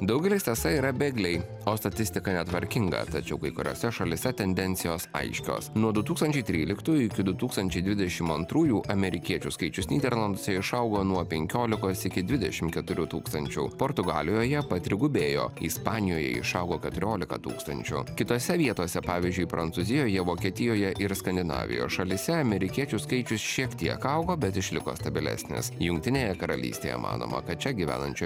daugelis tiesa yra bėgliai o statistika netvarkinga tačiau kai kuriose šalyse tendencijos aiškios nuo du tūkstančiai tryliktųjų iki du tūkstančiai dvidešim antrųjų amerikiečių skaičius nyderlanduose išaugo nuo penkiolikos iki dvidešim keturių tūkstančių portugalijoje patrigubėjo ispanijoje išaugo keturiolika tūkstančių kitose vietose pavyzdžiui prancūzijoje vokietijoje ir skandinavijos šalyse amerikiečių skaičius šiek tiek augo bet išliko stabilesnis jungtinėje karalystėje manoma kad čia gyvenančių